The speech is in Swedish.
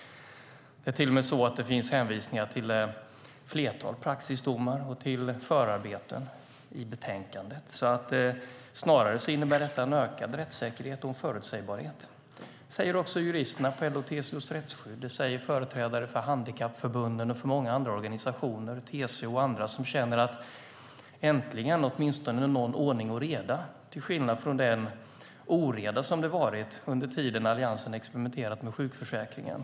Det är till och med så att det finns hänvisningar till ett flertal praxisdomar och till förarbeten i betänkandet. Detta innebär snarare en ökad rättssäkerhet och en förutsägbarhet. Det säger också juristerna på LO-TCO Rättskydd, företrädare för handikappförbunden och för många andra organisationer, till exempel TCO och andra, som känner att nu blir det äntligen någon ordning och reda till skillnad från den oreda som varit under tiden Alliansen experimenterat med sjukförsäkringen.